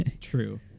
True